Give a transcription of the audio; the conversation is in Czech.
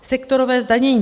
Sektorové zdanění.